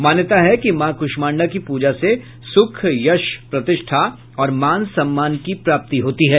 मान्यता है कि मां कूष्मांडा की पूजा से सुख यश प्रतिष्ठा और मान सम्मान की प्राप्ति होती है